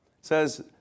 says